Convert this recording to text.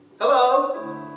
Hello